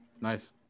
Nice